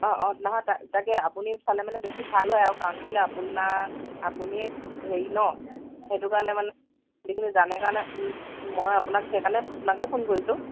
অঁ অঁ নহয় তাক তাকে আপুনি চালে মানে বেছি ভাল হয় আৰু কাৰণ কেলে আপোনাক আপুনিয়ে হেৰি ন সেইটো কাৰণে মানে যিখিনি জানে কাৰণে মই আপোনাক সেইকাৰণে আপোনাকে ফোন কৰিছোঁ